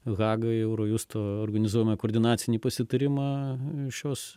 hagą į eurojusto organizuojamą koordinacinį pasitarimą šios